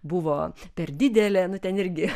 buvo per didelė nu ten irgi